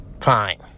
fine